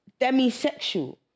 demisexual